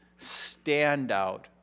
standout